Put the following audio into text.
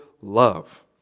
love